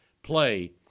play